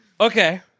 Okay